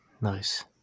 nice